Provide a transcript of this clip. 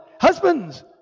Husbands